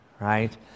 right